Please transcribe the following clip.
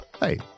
Hey